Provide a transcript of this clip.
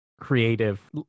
creative